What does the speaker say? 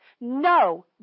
No